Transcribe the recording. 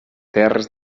terres